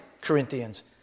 Corinthians